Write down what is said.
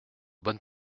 bonne